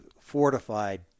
fortified